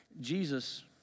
Jesus